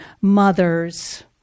mothers